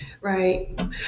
Right